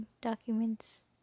documents